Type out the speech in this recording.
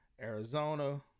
Arizona